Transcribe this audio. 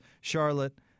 Charlotte